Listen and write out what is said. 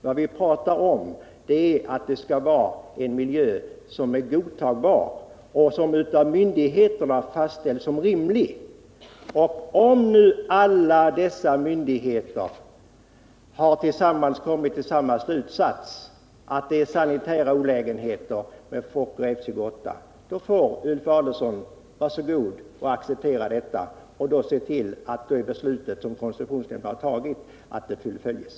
Vad vi talar om är i själva verket att det skall vara en miljö som är godtagbar och som av myndigheterna fastställs som rimlig. Om nu alla dessa myndigheter har kommit till samma slutsats — att användandet av Fokker F 28 medför sanitära olägenheter — så får Ulf Adelsohn vara så god och acceptera detta och se till att det beslut fullföljs som koncessionsnämnden har fattat.